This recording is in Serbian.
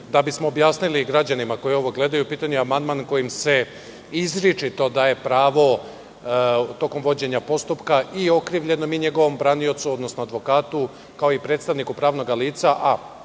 bismo objasnili građanima koji ovo gledaju, u pitanju je amandman kojim se izričito daje pravo, tokom vođenja postupka, i okrivljenom i njegovom braniocu, odnosno advokatu, kao i predstavniku pravnog lica, a